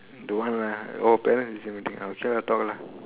don't want lah oh parents teacher meeting okay lah talk lah